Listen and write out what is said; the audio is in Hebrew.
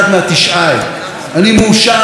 אני מאושר וגאה להיות ישראלי.